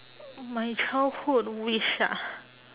my childhood wish ah